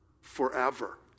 forever